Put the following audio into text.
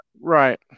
Right